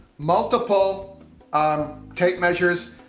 multiple um tape measures.